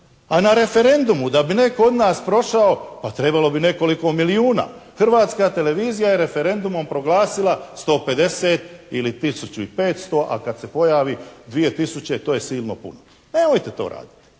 a na referendumu da bi netko od nas prošao, pa trebalo bi nekoliko milijuna. Hrvatska televizija je referendumom proglasila 150 ili tisuću i 500, a kad se pojavi 2 tisuće to je silno puno. Nemojte to raditi.